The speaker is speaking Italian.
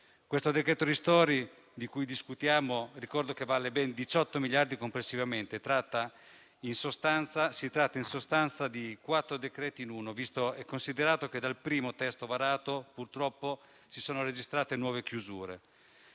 che il decreto ristori di cui discutiamo vale ben 18 miliardi complessivamente. Si tratta in sostanza di quattro decreti in uno, visto e considerato che dal primo testo varato si sono registrate purtroppo nuove chiusure.